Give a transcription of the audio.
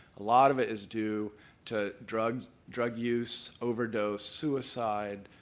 a lot of it is due to drug drug use, overdose, suicide,